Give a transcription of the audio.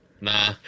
Nah